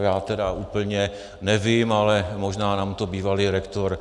Já tedy úplně nevím, ale možná nám to bývalý rektor...